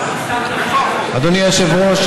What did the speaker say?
אדוני היושב-ראש,